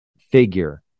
figure